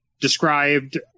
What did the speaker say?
described